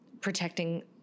protecting